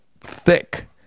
thick